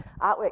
artwork